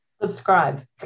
subscribe